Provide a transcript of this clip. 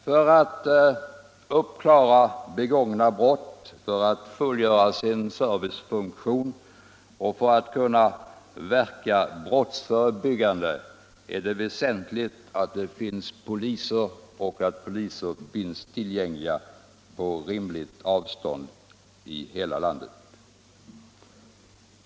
För att klara upp begångna brott, fullgöra sin servicefunktion och verka brottsförebyggande är det väsentligt att det finns poliser tillgängliga på rimliga avstånd i hela landet.